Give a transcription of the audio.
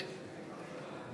נגד